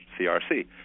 CRC